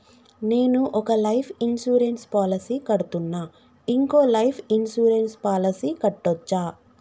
నేను ఒక life insurance policy కడ్తున్నా, ఇంకో లైఫ్ ఇన్సూరెన్స్ పాలసీ కట్టొచ్చా?